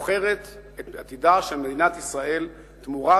מוכרת את עתידה של מדינת ישראל תמורת